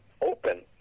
open